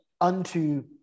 unto